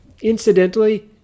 Incidentally